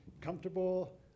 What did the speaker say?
comfortable